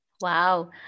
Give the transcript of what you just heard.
wow